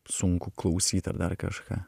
sunku klausyt ar dar kažką